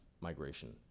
migration